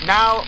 Now